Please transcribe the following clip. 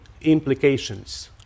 implications